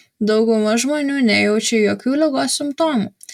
dauguma žmonių nejaučia jokių ligos simptomų